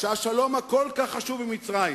שהשלום הכל-כך חשוב עם מצרים